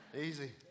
Easy